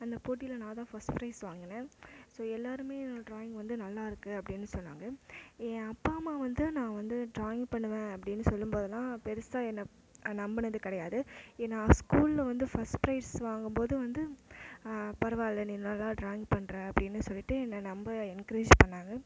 அந்த போட்டியில நான் தான் ஃபர்ஸ்ட் பிரைஸ் வாங்கின ஸோ எல்லாருமே ட்ராயிங் வந்து நல்லாயிருக்கு அப்படின்னு சொன்னாங்க என் அப்பா அம்மா வந்து நான் வந்து ட்ராயிங் பண்ணுவேன் அப்படின்னு சொல்லும்போதெல்லாம் பெருசாக என்ன நம்புனது கிடையாது இ நான் ஸ்கூலில் வந்து ஃபர்ஸ்ட் பிரைஸ் வாங்கும்போது வந்து பரவாயில்ல நீ நல்லா ட்ராயிங் பண்ணுற அப்படின்னு சொல்லிவிட்டு என்ன நொம்ப என்கரேஜ் பண்ணாங்க